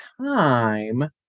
time